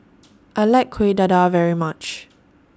I like Kueh Dadar very much